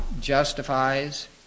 justifies